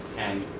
and,